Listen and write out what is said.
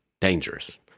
dangerous